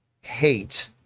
hate